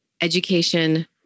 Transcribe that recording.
education